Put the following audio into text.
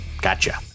Gotcha